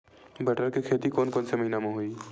बटर के खेती कोन से महिना म होही?